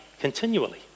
continually